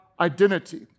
identity